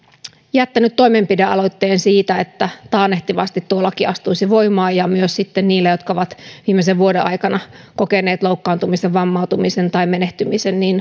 jättänyt toimenpidealoitteen siitä että taannehtivasti tuo laki astuisi voimaan ja myös sitten ne jotka ovat viimeisen vuoden aikana kokeneet loukkaantumisen vammautumisen tai menehtymisen